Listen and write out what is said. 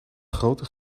grote